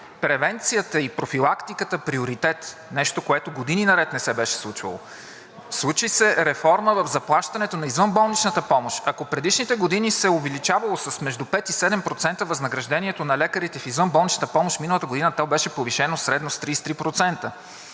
превенцията и профилактиката – нещо, което години наред не се беше случвало. Случи се реформа в заплащането на извънболничната помощ. Ако предишните години се е увеличавало с между 5 и 7% възнаграждението на лекарите в извънболничната помощ, миналата година то беше повишено средно с 33%.